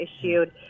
issued